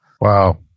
Wow